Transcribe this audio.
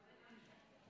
תודה רבה.